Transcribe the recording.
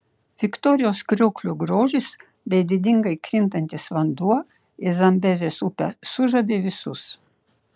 viktorijos krioklio grožis bei didingai krintantis vanduo į zambezės upę sužavi visus